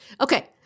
Okay